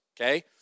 okay